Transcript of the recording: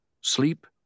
Sleep